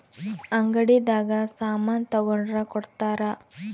ಅಂಗಡಿ ದಾಗ ಸಾಮನ್ ತಗೊಂಡ್ರ ಕೊಡ್ತಾರ